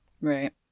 right